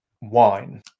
wine